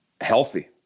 healthy